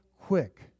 quick